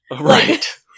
Right